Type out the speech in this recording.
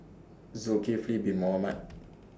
Zulkifli Bin Mohamed